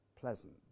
pleasant